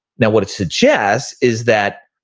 now what it suggests is that,